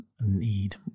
need